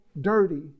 dirty